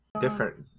Different